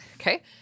Okay